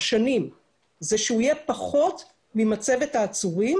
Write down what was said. שנים זה שהוא יהיה פחות ממצבת העצורים,